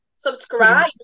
subscribe